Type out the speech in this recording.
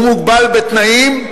הוא מוגבל בתנאים,